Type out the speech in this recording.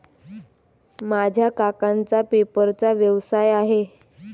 माझ्या काकांचा पेपरचा व्यवसाय आहे